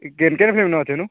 କେନ୍ କେନ୍ ଫିଲ୍ମନେ ଅଛେ ଇନୁ